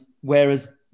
Whereas